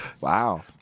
wow